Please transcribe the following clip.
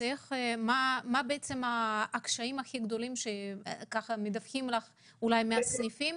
מה הקשיים הגדולים שמדווחים מהסניפים,